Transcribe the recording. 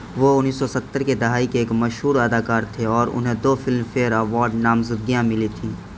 وہ انیس سو ستر کی دہائی کے ایک مشہور اداکار تھے اور انہیں دو فلم فیئر ایوارڈ نامزدگیاں ملی تھی